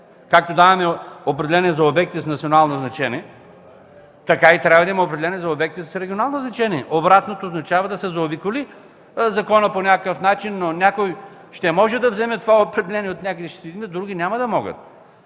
Както даваме определение за обекти с национално значение, така трябва да има и определение за обекти с регионално значение. Обратното означава да се заобиколи законът по някакъв начин, но някой ще може да вземе това определение от някъде, други няма да могат.